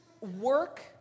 Work